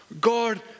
God